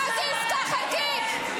מה זה עסקה חלקית?